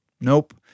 Nope